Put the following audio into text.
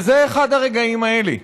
וזה אחד הרגעים האלה,